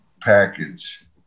package